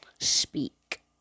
speak